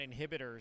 inhibitors